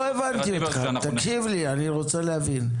לא הבנתי אותך, תקשיב לי אני רוצה להבין.